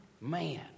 man